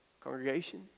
congregation